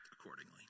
accordingly